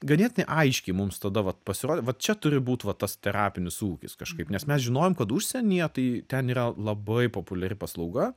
ganėtinai aiškiai mums tada vat pasirodė vat čia turi būt va tas terapinis ūkis kažkaip nes mes žinojom kad užsienyje tai ten yra labai populiari paslauga